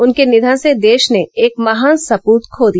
उनके निधन से देश ने एक महान सपूत खो दिया